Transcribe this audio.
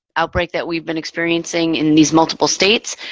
outbreak that we've been experiencing in these multiple states.